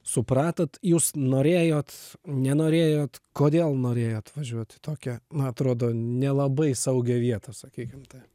supratot jūs norėjot nenorėjot kodėl norėjot važiuot į tokią man atrodo nelabai saugią vietą sakykim taip